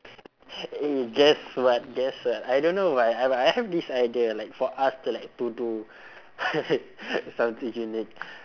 eh guess what guess what I don't know why I but I have this idea like for us to like to do something unique